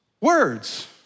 words